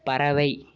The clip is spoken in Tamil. பறவை